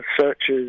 searches